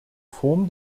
form